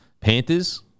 Panthers